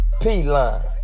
P-Line